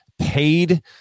paid